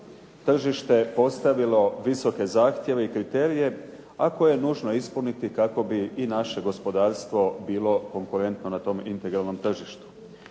tržište postavilo visoke zahtjeve i kriterije a koje je nužno ispuniti kako bi i naše gospodarstvo bilo konkurentno na tom integralnom tržištu.